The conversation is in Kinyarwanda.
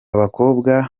bakobwa